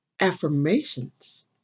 Affirmations